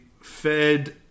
fed